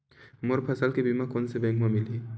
मोर फसल के बीमा कोन से बैंक म मिलही?